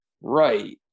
right